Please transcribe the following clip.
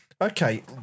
Okay